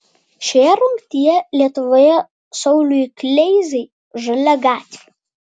šioje rungtyje lietuvoje sauliui kleizai žalia gatvė